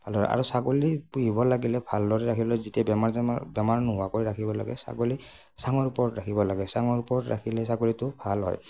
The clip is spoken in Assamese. ভালদৰে আৰু ছাগলী পুহিব লাগিলে ভালদৰে ৰাখিলে যেতিয়া বেমাৰ জেমাৰ বেমাৰ নোহোৱাকৈ ৰাখিব লাগে ছাগলী চাঙৰ ওপৰত ৰাখিব লাগে চাঙৰ ওপৰত ৰাখিলে ছাগলীটো ভাল হয়